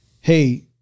Hey